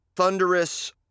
Thunderous